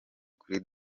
kuri